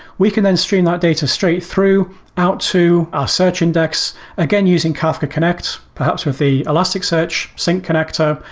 we can then stream that data straight through out to our search index, again using kafka connect perhaps with the elasticsearch sync connector.